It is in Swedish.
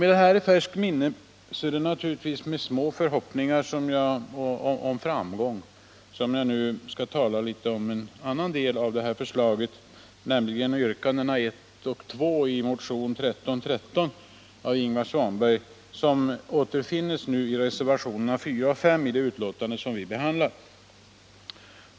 Med detta i färskt minne är det naturligtvis med mycket små förhoppningar om framgång som jag nu skall tala för en annan del av våra förslag, nämligen yrkandena 1 och 2 i motion nr 1313 av Ingvar Svanberg m.fl., som återfinns i reservationerna nr 4 och 5 i det betänkande som vi nu behandlar.